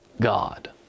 God